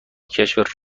کشف